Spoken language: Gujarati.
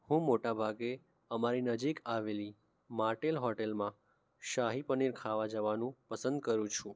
હું મોટાભાગે અમારી નજીક આવેલી માટેલ હોટૅલમાં શાહી પનીર ખાવા જવાનું પસંદ કરું છું